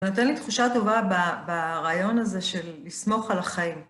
זה נותן לי תחושה טובה ברעיון הזה של לסמוך על החיים.